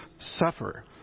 suffer